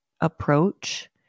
approach